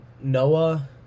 Noah